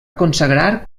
consagrar